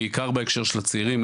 בעיקר בהקשר של הצעירים,